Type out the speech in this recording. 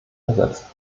ersetzt